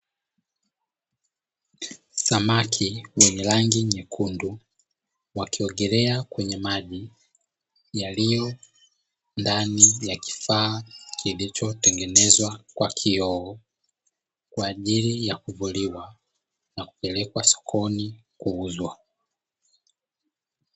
Samaki wenye rangi nyekundu wakiogelea kwenye maji yaliyo ndani ya kifaa kilichotengenezwa kwa kioo, kwa ajili ya kuvuliwa na kupelekwa sokoni kuuzwa.